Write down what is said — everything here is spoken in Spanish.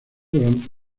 durante